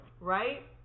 right